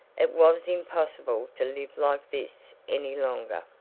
it was impossible to live like this any longer.